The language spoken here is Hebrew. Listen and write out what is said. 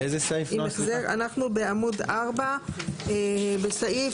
אנחנו בעמוד 4, בסעיף